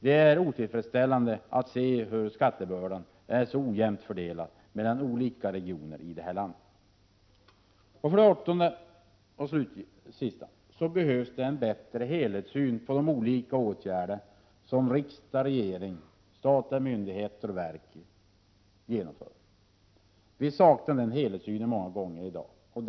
Det är otillfredsställande att se hur ojämnt — 30 november 1987 fördelad skattebördan är mellan olika regioner i det här landet. TR er RR 8. Det behövs en bättre helhetssyn beträffande de olika åtgärder som riksdag och regering samt statliga myndigheter och verk vidtar. Många gånger saknar vi i dag en sådan helhetssyn.